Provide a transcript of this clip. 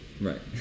Right